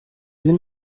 sie